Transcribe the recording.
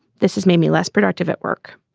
this has made me less productive at work.